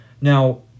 Now